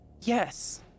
yes